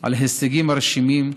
על הישגים מרשימים,